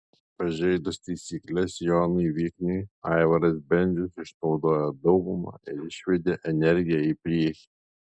pažeidus taisykles jonui vikniui aivaras bendžius išnaudojo daugumą ir išvedė energiją į priekį